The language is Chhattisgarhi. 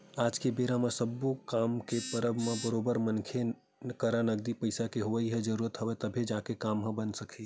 आज के बेरा म सब्बो काम के परब म बरोबर मनखे करा नगदी पइसा के होवई ह जरुरी हवय तभे जाके काम ह बने सकही